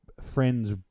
friend's